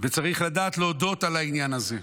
וצריך לדעת להודות על העניין הזה.